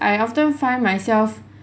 I often find myself